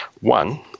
One